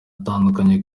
atandukanye